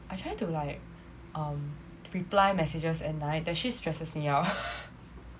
I try to like um reply messages at night that shit stresses me out